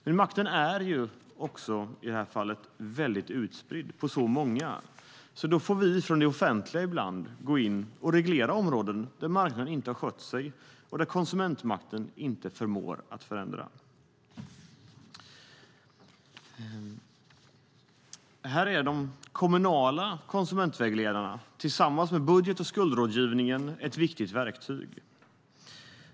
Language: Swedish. Men makten är i det här fallet utspridd på så många att vi från det offentliga ibland får gå in och samla makten för att reglera områden där marknaden inte har skött sig och där konsumentmakten inte förmår förändra. Här är de kommunala konsumentvägledarna tillsammans med budget och skuldrådgivningen ett viktigt verktyg.